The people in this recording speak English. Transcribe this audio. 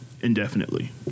indefinitely